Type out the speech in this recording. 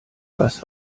was